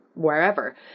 wherever